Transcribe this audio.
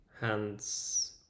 Hands